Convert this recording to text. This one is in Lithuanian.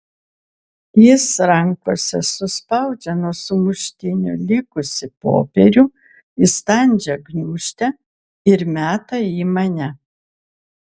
jis rankose suspaudžia nuo sumuštinio likusį popierių į standžią gniūžtę ir meta į mane